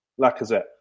Lacazette